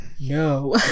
No